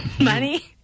money